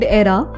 era